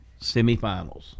semifinals